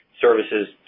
services